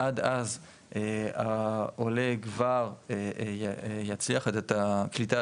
עד אז העולה כבר יצליח את הקליטה